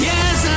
Yes